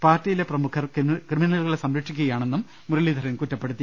പാർട്ടിയിലെ പ്രമുഖർ ക്രിമി നലുകളെ സംരക്ഷിക്കുകയാണെന്നും മുരളീധരൻ കുറ്റപ്പെടുത്തി